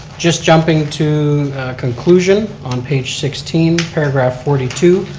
just jumping to conclusion on page sixteen, paragraph forty two.